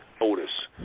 Otis